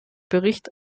bericht